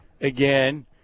again